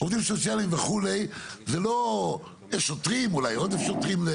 עובדים סוציאליים וכו' זה לא שוטרים או עודף שוטרים.